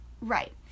Right